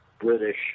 British